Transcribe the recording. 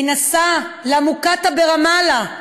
היא נסעה למוקטעה ברמאללה,